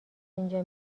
اینجا